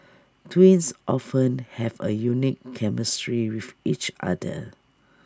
twins often have A unique chemistry with each other